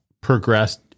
progressed